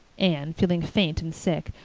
anne, feeling faint and sick,